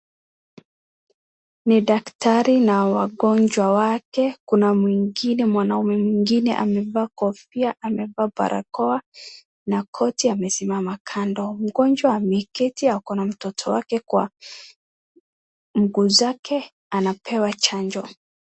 Ni daktari na wagonjwa wake, kuna mwingine mwanaume mwingine amevaa kofia, amevaa barakoa na koti, amesimama kando. Mgonjwa ameketi, akona mtoto wake kwa mguu zake, anapewa chanjo.